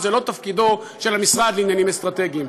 וזה לא תפקידו של המשרד לעניינים אסטרטגיים.